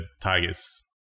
tigers